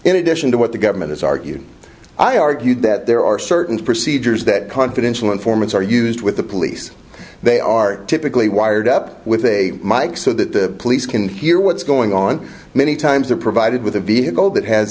in addition to what the government has argued i argued that there are certain procedures that confidential informants are used with the police they are typically wired up with a mike so that the police can hear what's going on many times are provided with a vehicle that has